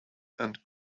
and